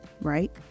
right